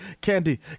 Candy